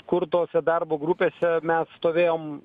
kur tose darbo grupėse mes stovėjom